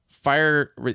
fire